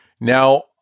Now